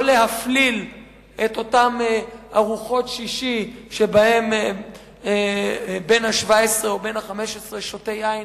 לא להפליל את אותן ארוחות שישי שבהן בן ה-17 או